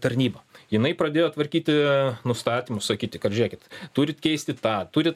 tarnybą jinai pradėjo tvarkyti nustatymus sakyti kad žiūrėkit turit keisti tą turit